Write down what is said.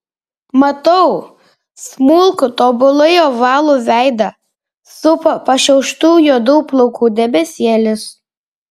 matau smulkų tobulai ovalų veidą supo pašiauštų juodų plaukų debesėlis